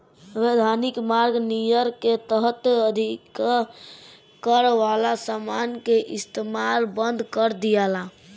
वैधानिक मार्ग नियर के तहत अधिक कर वाला समान के इस्तमाल बंद कर दियाला